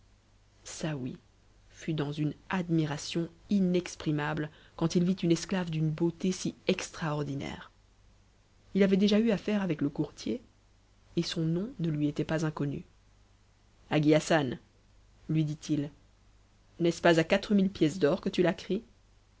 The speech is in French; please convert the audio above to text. saouy fut dans une admiration inexprimable quand il vit une esclave d'uae beauté si extraordinaire ii avait déjà eu affaire avec le courtier et son nom ne lui était pas inconnu hagi hassan lui dit-il n'est-ce pas à quatre mille pièces d'or que tu la cries